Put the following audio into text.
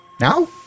now